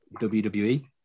WWE